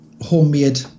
homemade